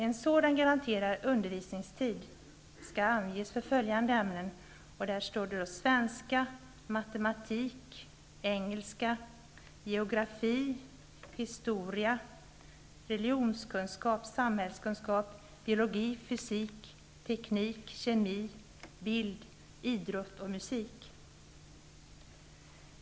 En sådan garanterad undervisningstid skall anges för följande ämnen: svenska, matematik, engelska, geografi, historia, religionskunskap, samhällskunskap, biologi, fysik, teknik, kemi, bild, idrott och musik.